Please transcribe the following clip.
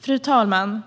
Fru talman!